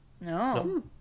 no